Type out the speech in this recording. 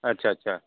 আচ্ছা আচ্ছা